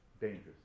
dangerous